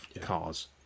cars